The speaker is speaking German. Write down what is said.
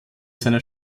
seiner